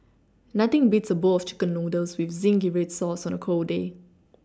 nothing beats a bowl chicken noodles with zingy red sauce on a cold day